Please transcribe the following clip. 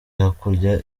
hakurya